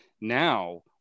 now